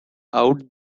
out